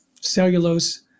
cellulose